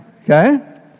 okay